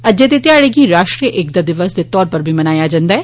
अज्जै दे घ्याड़े गी राष्ट्रीय एकता दिवस दे तौर उप्पर बी मनाया जन्दा ऐ